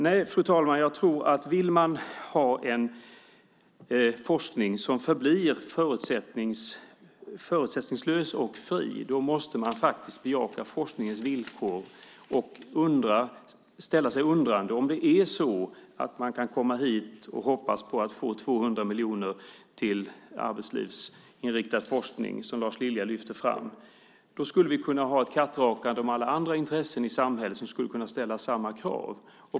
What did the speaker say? Nej, fru talman, jag tror att om man vill ha en forskning som förblir förutsättningslös och fri måste man faktiskt bejaka forskningens villkor och ställa sig undrande till om man kan komma hit och hoppas på att få 200 miljoner till arbetslivsinriktad forskning, som Lars Lilja gjorde. Då skulle vi ju kunna ha ett kattrakande om alla intressen i samhället, som skulle kunna ställa samma krav.